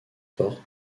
forte